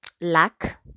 luck